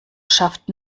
schafft